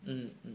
mm mm